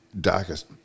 darkest